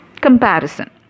comparison